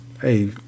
Hey